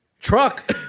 Truck